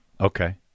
Okay